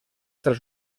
tras